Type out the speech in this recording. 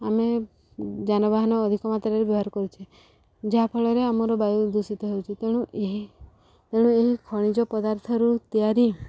ଆମେ ଯାନବାହାନ ଅଧିକ ମାତ୍ରାରେ ବ୍ୟବହାର କରୁଛେ ଯାହାଫଳରେ ଆମର ବାୟୁ ଦୂଷିତ ହେଉଛି ତେଣୁ ଏହି ତେଣୁ ଏହି ଖଣିଜ ପଦାର୍ଥରୁ ତିଆରି